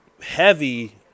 heavy